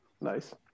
Nice